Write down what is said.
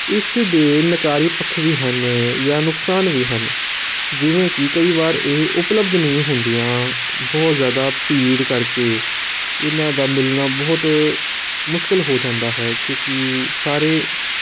ਇਸ ਦੇ ਨਕਾਰੀ ਪੱਖ ਵੀ ਹਨ ਜਾਂ ਨੁਕਸਾਨ ਵੀ ਹਨ ਜਿਵੇਂ ਕਿ ਕਈ ਵਾਰ ਇਹ ਉਪਲੱਬਧ ਨਹੀਂ ਹੁੰਦੀਆਂ ਬਹੁਤ ਜ਼ਿਆਦਾ ਭੀੜ ਕਰਕੇ ਇਹਨਾਂ ਦਾ ਮਿਲਣਾ ਬਹੁਤ ਮੁਸ਼ਕਲ ਹੋ ਜਾਂਦਾ ਹੈ ਕਿਉਂਕਿ ਸਾਰੇ